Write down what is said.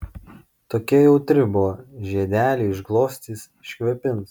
tokia jautri buvo žiedelį išglostys iškvėpins